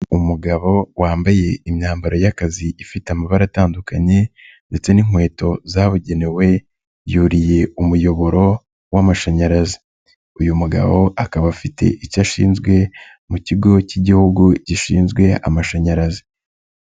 Umugabo wambaye imyambaro y'akazi ifite amabara atandukanye ndetse n'inkweto zabugenewe, yuriye umuyoboro w'amashanyarazi. Uyu mugabo akaba afite icyo ashinzwe mu kigo k'igihugu gishinzwe amashanyarazi.